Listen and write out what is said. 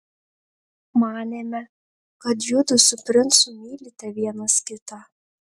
manėme kad judu su princu mylite vienas kitą